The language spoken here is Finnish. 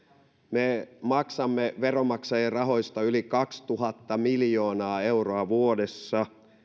me maksamme veronmaksajien rahoista yli kaksituhatta miljoonaa euroa vuodessa